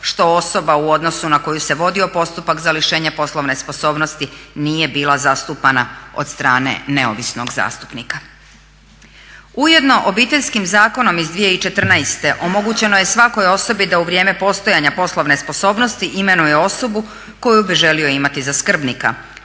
što osoba u odnosu na koju se vodio postupak za lišenje poslovne sposobnosti nije bila zastupana od strane neovisnog zastupnika. Ujedno, Obiteljskim zakonom iz 2014. omogućeno je svakoj osobi da u vrijeme postojanja poslovne sposobnosti imenuje osobu koju bi želio imati za skrbnika,